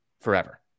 forever